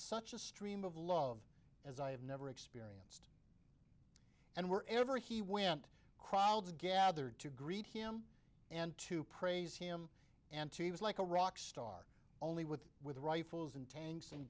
such a stream of love as i have never experienced and were ever he went crowds gathered to greet him and to praise him and to he was like a rock star only with with rifles and tanks and